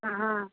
कहां